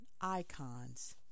icons